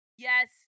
Yes